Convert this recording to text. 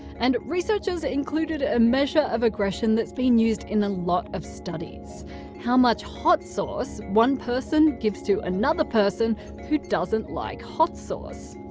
and researchers included a measure of aggression that's been used in a lot of studies how much hot sauce one person gives to another person who doesn't like hot sauce.